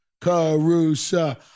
Caruso